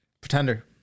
Pretender